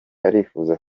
arifuza